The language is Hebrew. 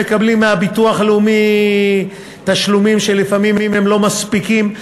שמקבלים מהביטוח הלאומי תשלומים שלפעמים הם לא מספיקים,